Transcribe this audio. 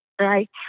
Right